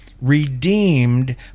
redeemed